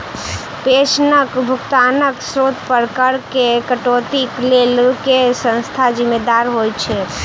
पेंशनक भुगतानक स्त्रोत पर करऽ केँ कटौतीक लेल केँ संस्था जिम्मेदार होइत छैक?